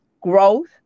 growth